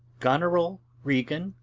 goneril, regan,